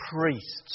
priests